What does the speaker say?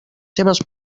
seves